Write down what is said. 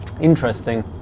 interesting